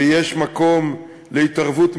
ויש מקום להתערבות מיידית,